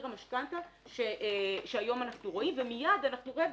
המשכנתא שהיום אנחנו רואים ומייד נראה,